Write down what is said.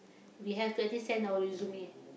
we have to actually send our resume